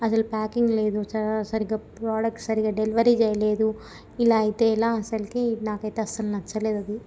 అస్సలు ప్యాకింగ్ లేదు సరిగ్గా ప్రోడక్ట్ సరిగ్గా డెలివరీ చేయలేదు ఇలా అయితే ఎలా అస్సలు నాకైతే అస్సలు నచ్చలేదది